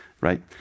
right